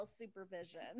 supervision